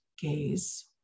gaze